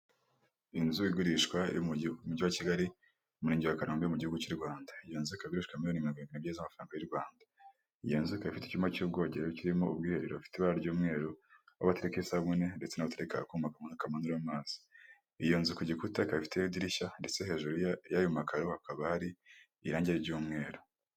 Inzu igurishwa iri mu mujyi wa Kigali, mu murenge wa Kanombe, mu gihugu cy'u Rwanda. Iyo nzu ikaba igurishwa miliyoni magana abiri mirongo irindwi n'ebyiri z'amafaranga y'u Rwanda. Iyo nzu ikaba ifite icyumba cy'ubwogero kirimo ubwiherero bufite ibara ry'umweru, aho batereka isabune ndetse n'aho batereka akuma kamwe kamanura amazi. Iyo nzu ku gikuta ikaba ifiteho idirishya ndetse hejuru y'ayo makaro hakaba hari irangi ry'umweru.